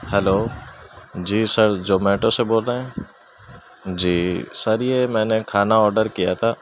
hello جی sir Zomato سے بول رہے ہیں جی سر یہ میں نے کھانا آڈر کیا تھا